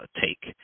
take